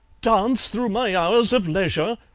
dance through my hours of leisure?